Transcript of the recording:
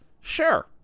sure